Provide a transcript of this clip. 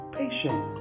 patient